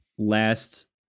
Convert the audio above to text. Last